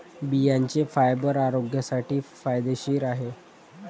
बियांचे फायबर आरोग्यासाठी फायदेशीर आहे